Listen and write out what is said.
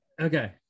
Okay